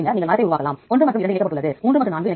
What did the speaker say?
எனவே நீங்கள் இங்கே பெருந்திறல் நெடுவரிசை காணலாம்